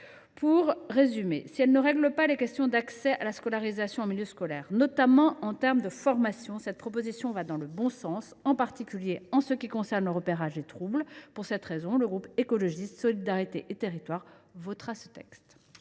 Pour résumer, si elle ne règle pas les questions d’accès à la scolarisation en milieu ordinaire, notamment en matière de formation, cette proposition de loi va dans le bon sens, en particulier en ce qui concerne le repérage des troubles. Pour cette raison, le groupe Écologiste – Solidarité et Territoires votera ce texte.